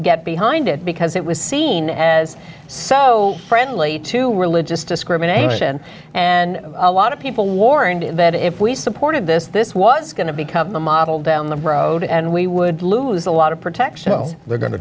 get behind it because it was seen as so friendly to religious discrimination and a lot of people warned that if we supported this this was going to become the model down the road and we would lose a lot of protection they're go